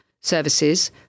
services